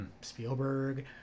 Spielberg